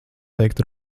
teikt